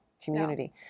community